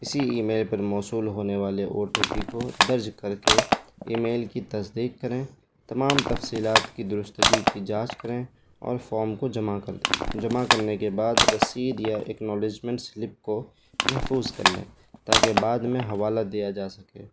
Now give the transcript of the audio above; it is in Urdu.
اسی ای میل پر موصول ہونے والے او ٹی پی کو درج کر کے ای میل کی تصدیق کریں تمام تفصیلات کی درستگی کی جانچ کریں اور فام کو جمع کر دیں جمع کرنے کے بعد رسید یا اکنالجمنٹ سلپ کو محفوظ کر لیں تاکہ بعد میں حوالہ دیا جا سکے